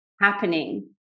happening